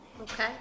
Okay